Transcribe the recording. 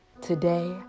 Today